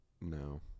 no